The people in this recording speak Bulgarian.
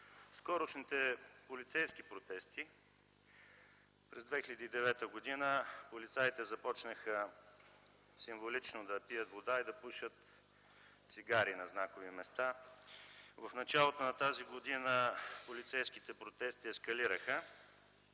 скорошните полицейски протести. През 2009 г. полицаите започнаха символично да пият вода и да пушат цигари на знакови места. В началото на тази година полицейските протести ескалираха